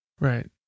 right